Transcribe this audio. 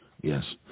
Yes